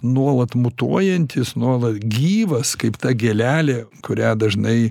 nuolat mutuojantis nuolat gyvas kaip ta gėlelė kurią dažnai